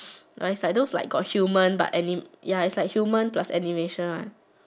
like is those like got human but aniya is like human plus animation one